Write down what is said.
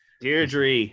deirdre